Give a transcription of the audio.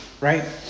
right